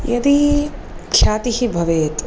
यदि ख्यातिः भवेत्